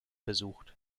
besucht